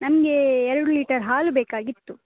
ನಮಗೆ ಎರಡು ಲೀಟರ್ ಹಾಲು ಬೇಕಾಗಿತ್ತು